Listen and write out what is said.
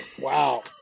Wow